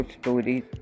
stories